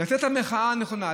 לתת את המחאה הנכונה,